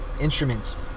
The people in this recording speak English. instruments